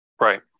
Right